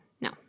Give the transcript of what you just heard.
No